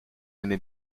aimez